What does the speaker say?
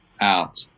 out